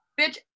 Bitch